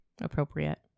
Appropriate